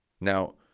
Now